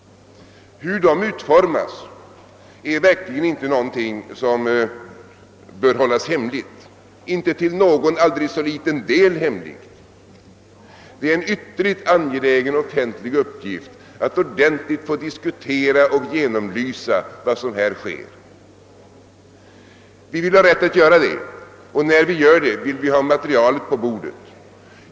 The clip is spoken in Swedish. Hur de utformas är verkligen inte någonting som bör hållas hemligt ens till någon aldrig så liten del. Det är en ytterligt angelägen offentlig uppgift att ordentligt få diskutera och genomlysa vad som här sker. Vi vill ha rätt att göra det, och när vi gör det vill vi ha materialet på bordet.